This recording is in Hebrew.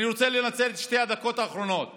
אני רוצה לנצל את שתי הדקות האחרונות